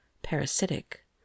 parasitic